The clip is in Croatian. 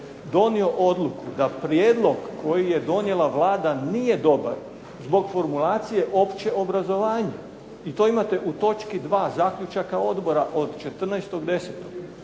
donio odluku da prijedlog koji je donijela Vlada nije dobar zbog formulacije općeg obrazovanja. I to imate u točki 2. zaključaka odbora od 14.10.